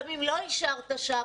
גם אם לא אישרת שם,